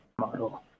model